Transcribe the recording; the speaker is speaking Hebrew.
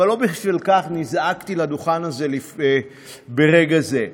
אבל לא בשביל כך נזעקתי לדוכן הזה ברגע זה.